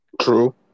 True